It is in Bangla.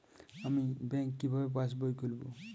আমি ব্যাঙ্ক কিভাবে পাশবই খুলব?